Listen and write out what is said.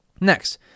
Next